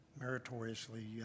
meritoriously